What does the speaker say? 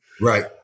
Right